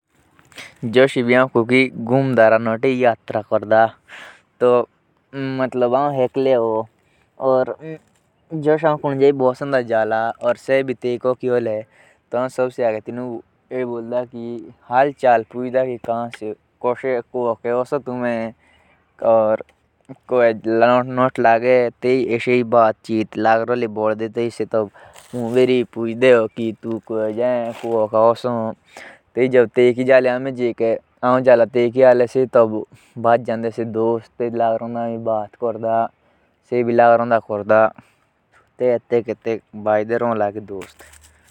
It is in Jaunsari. जस आउ कोकि नोट लगा इकिले तो आउ आपड़े अगल बगल मुझा बोटिये लोगु से पुछदा कि से कोकि जाओ और तोबी मुके पोता जान्दा चोली की जईके आउ जाउ तेज़क वाले और कुन कुन ह। बस ताइतेनके सात बातो लगे रोडा लांदा।